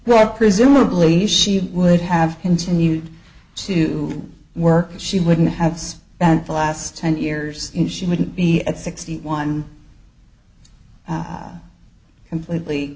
well presumably she would have continued to work she wouldn't have spent the last ten years in she wouldn't be at sixty one completely